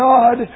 God